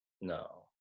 no